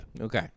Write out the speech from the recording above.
Okay